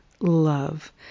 love